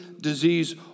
disease